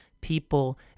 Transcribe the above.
people